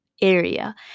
area